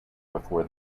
before